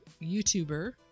YouTuber